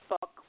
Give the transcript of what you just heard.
book